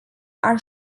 are